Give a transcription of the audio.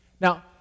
Now